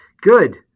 Good